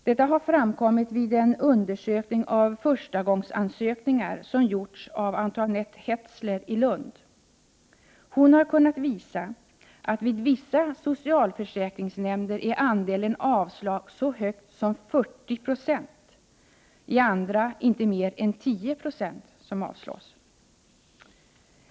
Detta har framkommit vid en undersökning av förstagångsansökningar som gjorts av Antoinette Hetzler i Lund. Hon har kunnat visa att andelen avslag vid vissa socialförsäk ringsnämnder är så stor som 40 96, medan den i andra inte är mer än 10 9.